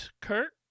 Kurt